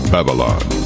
Babylon